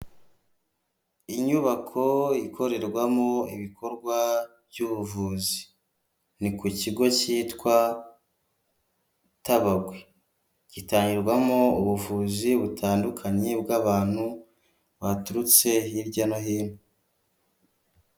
Inyubako ikorerwamo ibikorwa by'ubuvuzi, ni ku kigo kitwa tabagwe gitangirwamo ubuvuzi butandukanye bw'abantu baturutse hirya no hino.